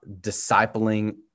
discipling